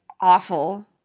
awful